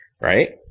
right